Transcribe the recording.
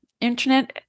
internet